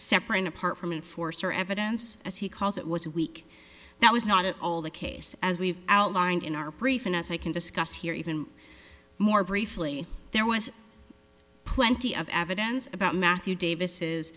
separate apart from in force or evidence as he calls it was a week that was not at all the case as we've outlined in our preferred as we can discuss here even more briefly there was plenty of evidence about matthew davis's